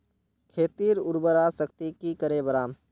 खेतीर उर्वरा शक्ति की करे बढ़ाम?